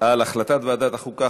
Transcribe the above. על החלטת ועדת החוקה,